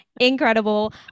incredible